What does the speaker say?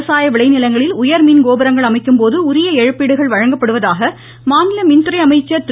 விவசாய விளைநிலங்களில் உயர்மின் கோபுரங்கள் அமைக்கும்போது உரிய இழப்பீடுகள் வழங்கப்படுவதாக மாநில மின்துறை அமைச்சர் திரு